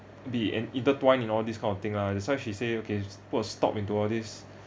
be in~ intertwined in all this kind of thing lah that's why she say okay put a stop into all these